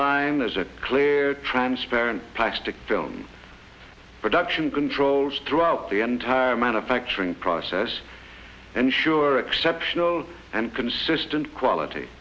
line as a clear transparent plastic film production controls throughout the entire manufacturing process ensure exceptional and consistent quality